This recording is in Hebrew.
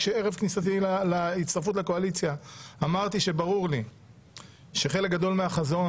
ערב ההצטרפות לקואליציה אמרתי שברור לי שחלק גדול מהחזון